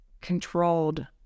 controlled